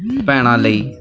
ਭੈਣਾਂ ਲਈ